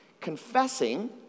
Confessing